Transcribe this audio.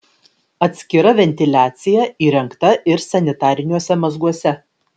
atskira ventiliacija įrengta ir sanitariniuose mazguose